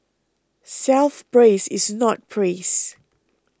self praise is not praise